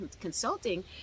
consulting